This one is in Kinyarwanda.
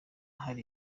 hari